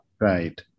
Right